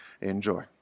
Enjoy